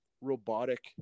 robotic